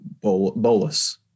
bolus